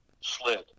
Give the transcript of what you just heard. slid